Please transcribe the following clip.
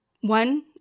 one